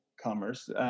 commerce